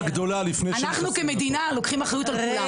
אנחנו כמדינה לוקחים אחריות על כולם.